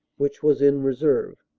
which was in reserve.